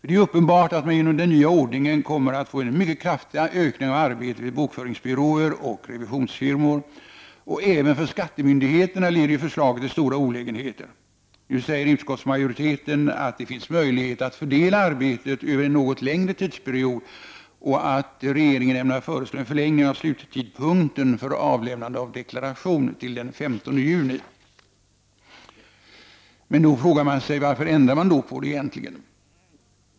Det är uppenbart att det genom den nya ordningen kommer att ske en mycket kraftig ökning av arbetet vid bokföringsbyråer och revisionsfirmor, och även för skattemyndigheterna leder förslaget till stora olägenheter. Nu säger utskottsmajoriteten att det finns möjlighet att fördela arbetet över en något längre tidsperiod och att regeringen ämnar föreslå en förlängning av tiden för avlämnande av deklaration, så att sluttidpunkten flyttas till den 15 juni. Då är ju frågan varför man egentligen ändrar den här bestämmelsen.